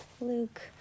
Luke